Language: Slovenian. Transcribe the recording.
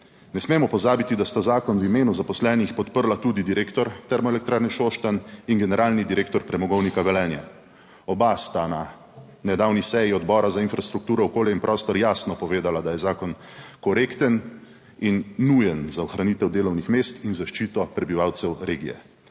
Ne smemo pozabiti, da sta zakon v imenu zaposlenih podprla tudi direktor Termoelektrarne Šoštanj in generalni direktor Premogovnika Velenje. Oba sta na nedavni seji Odbora za infrastrukturo, okolje in prostor jasno povedala, da je zakon korekten in nujen za ohranitev delovnih mest in zaščito prebivalcev regije.